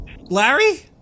Larry